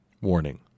Warning